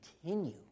continue